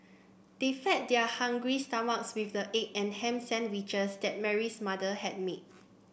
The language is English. they fed their hungry stomachs with the egg and ham sandwiches that Mary's mother had made